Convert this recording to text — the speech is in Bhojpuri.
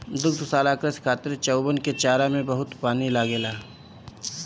दुग्धशाला कृषि खातिर चउवन के चारा में बहुते पानी लागेला